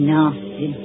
Nasty